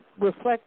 reflect